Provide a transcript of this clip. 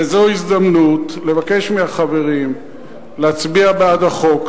וזו הזדמנות לבקש מהחברים להצביע בעד החוק.